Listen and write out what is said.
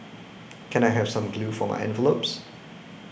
can I have some glue for my envelopes